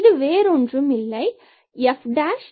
இது வேறு ஒன்றும் இல்லை fx